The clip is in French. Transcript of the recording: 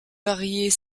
varier